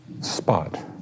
spot